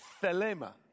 thelema